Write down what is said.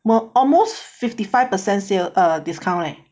were almost fifty five percent sale err discount leh